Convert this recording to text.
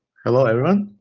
hello everyone.